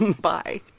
Bye